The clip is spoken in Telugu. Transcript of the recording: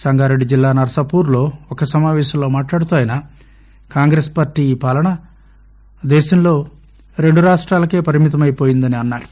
సంగారెడ్డి జిల్లా నర్పాపుర్లో ఒక సమాపేశంలో మాట్లాడుతూ ఆయన కాంగ్రెస్ పార్టీ పాలన దేశంలో రెండు రాష్టాలకు పరిమితమైందన్నారు